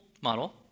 model